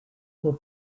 were